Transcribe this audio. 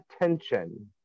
attention